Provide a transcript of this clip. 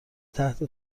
تحت